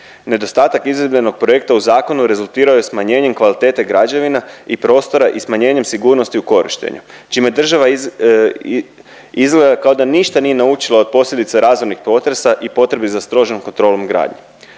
nedostatak idejnog projekta u zakonu rezultirao je smanjenjem kvalitete građevina i prostora i smanjenjem sigurnosti u korištenja čime država iz… izgleda kao da ništa nije naučila od posljedica razornih potresa i potrebi za strožom kontrolom gradnje.